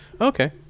Okay